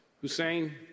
Hussein